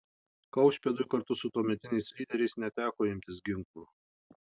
kaušpėdui kartu su tuometiniais lyderiais neteko imtis ginklų